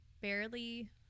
barely